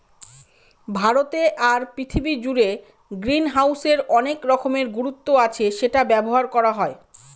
ভারতে আর পৃথিবী জুড়ে গ্রিনহাউসের অনেক রকমের গুরুত্ব আছে সেটা ব্যবহার করা হয়